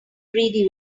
greedy